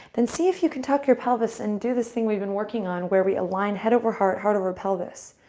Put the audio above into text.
then see if you can tuck your pelvis and do this thing we've been working on where we align head of heart, heart over pelvis.